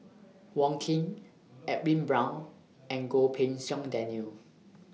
Wong Keen Edwin Brown and Goh Pei Siong Daniel